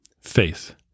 faith